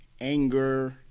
anger